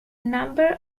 number